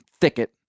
thicket